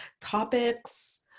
topics